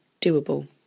doable